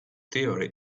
theory